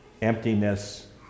emptiness